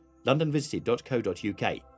londonvisited.co.uk